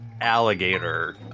Alligator